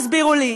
תסבירו לי.